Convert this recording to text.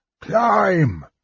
Climb